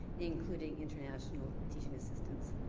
including international teaching assistants.